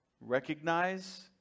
Recognize